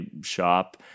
shop